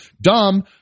Dumb